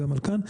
וגם כאן.